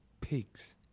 pigs